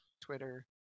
Twitter